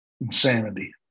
Insanity